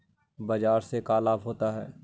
बाजार से का लाभ होता है?